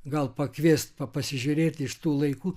gal pakviest pasižiūrėti iš tų laikų